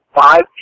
five